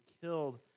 killed